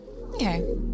Okay